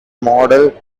model